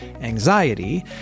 anxiety